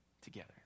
together